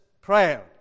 prayer